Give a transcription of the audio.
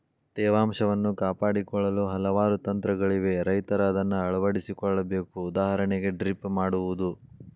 ತೇವಾಂಶವನ್ನು ಕಾಪಾಡಿಕೊಳ್ಳಲು ಹಲವಾರು ತಂತ್ರಗಳಿವೆ ರೈತರ ಅದನ್ನಾ ಅಳವಡಿಸಿ ಕೊಳ್ಳಬೇಕು ಉದಾಹರಣೆಗೆ ಡ್ರಿಪ್ ಮಾಡುವುದು